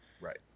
Right